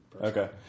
okay